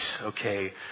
okay